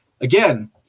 Again